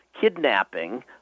kidnapping